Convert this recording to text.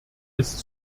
ist